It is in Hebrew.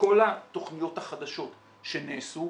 שכל התוכניות החדשות שנעשו,